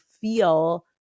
feel